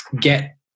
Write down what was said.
get